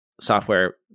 software